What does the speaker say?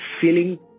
feeling